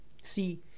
See